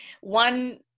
One